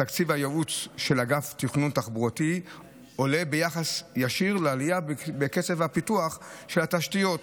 התקציב של אגף התכנון התחבורתי עולה ביחס ישיר לקצב הפיתוח של התשתיות